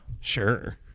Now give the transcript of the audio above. Sure